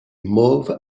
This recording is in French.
mauve